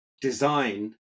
design